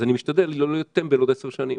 אז אני משתדל לא להיות טמבל עוד עשר שנים,